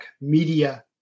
media